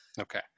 Okay